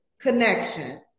Connection